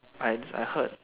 I I heard